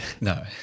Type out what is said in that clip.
No